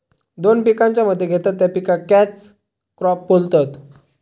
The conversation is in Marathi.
दोन पिकांच्या मध्ये घेतत त्या पिकाक कॅच क्रॉप बोलतत